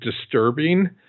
disturbing